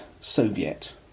Soviet